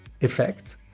effect